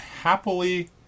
happily